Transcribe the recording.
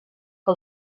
que